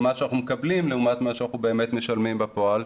מה שאנחנו מקבלים לעומת מה שאנחנו משלמים בפועל,